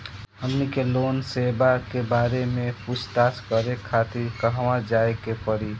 हमनी के लोन सेबा के बारे में पूछताछ करे खातिर कहवा जाए के पड़ी?